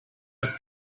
ist